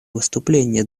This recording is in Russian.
выступление